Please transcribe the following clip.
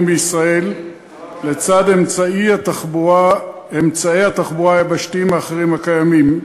בישראל לצד אמצעי התחבורה היבשתיים האחרים הקיימים.